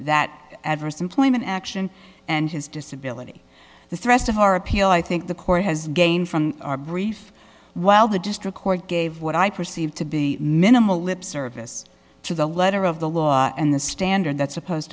that adverse employment action and his disability the thrust of our appeal i think the court has gained from our brief while the district court gave what i perceived to be minimal lip service to the letter of the law and the standard that's supposed